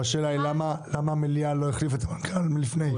אבל השאלה היא למה המליאה לא החליפה את המנכ"ל לפני,